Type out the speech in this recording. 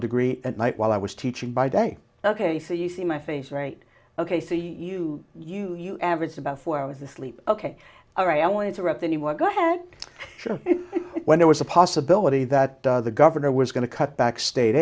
degree at night while i was teaching by day ok so you see my face right ok so you you you averaged about four hours of sleep ok all right i only interrupt anyone go ahead when there was a possibility that the governor was going to cut back state